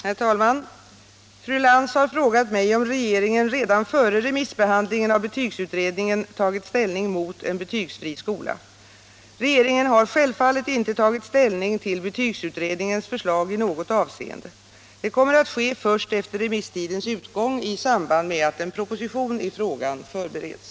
Herr talman! Fru Lantz har frågat mig om regeringen redan före remissbehandlingen av betygsutredningen tagit ställning mot en betygsfri skola. Regeringen har självfallet inte tagit ställning till betygsutredningens förslag i något avseende. Det kommer att ske först efter remisstidens utgång i samband med att en proposition i frågan förbereds.